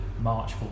March